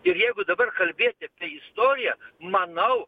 ir jeigu dabar kalbėt apie istoriją manau